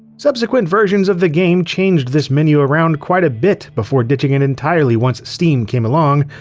subsequent versions of the game changed this menu around quite a bit, before ditching it entirely once steam came along.